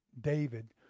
David